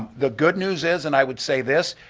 the good news is, and i would say this,